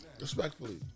Respectfully